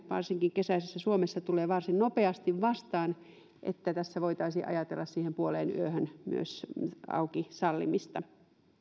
varsinkin kesäisessä suomessa tulee varsin nopeasti vastaan että tässä voitaisiin ajatella siihen puoleenyöhön myös auki pitämisen sallimista